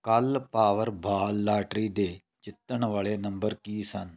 ਕੱਲ੍ਹ Powerball lottery ਦੇ ਜਿੱਤਣ ਵਾਲੇ ਨੰਬਰ ਕੀ ਸਨ